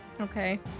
Okay